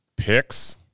Picks